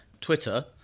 Twitter